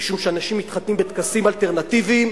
משום שאנשים מתחתנים בטקסים אלטרנטיביים,